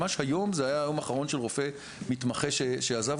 ממש היום זה היה היום האחרון של רופא מתמחה שעזב